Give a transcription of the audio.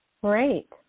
Great